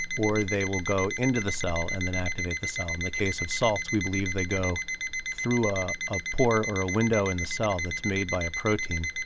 or they will go into the cell and then activate the cell. in the case of salts, we believe they go through ah a pore, or a window in the cell that's made by a protein.